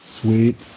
Sweet